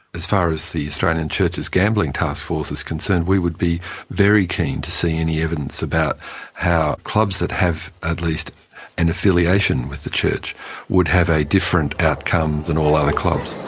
as far as the australian churches gambling taskforce is concerned, we would be very keen to see any evidence about how clubs that have at least an affiliation with the church would have a different outcome than all other clubs.